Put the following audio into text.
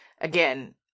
again